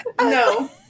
No